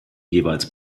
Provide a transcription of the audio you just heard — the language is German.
jeweils